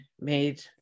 made